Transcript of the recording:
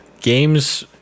Games